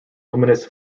luminous